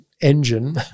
engine